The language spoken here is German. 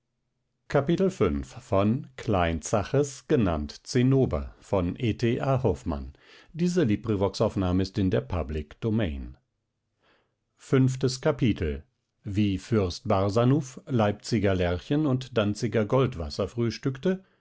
fünftes kapitel wie fürst barsanuph leipziger lerchen und danziger goldwasser